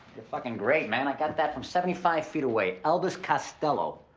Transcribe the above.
fuckin' great, man. i got that from seventy five feet away, elvis costello.